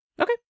Okay